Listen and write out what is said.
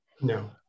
No